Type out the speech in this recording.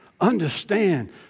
understand